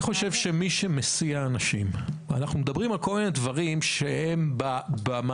אנחנו מדברים על כל מיני דברים שהם במעגלים